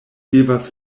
devas